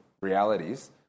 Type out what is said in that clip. realities